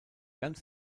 ganz